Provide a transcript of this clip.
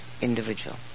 individual